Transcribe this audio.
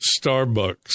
Starbucks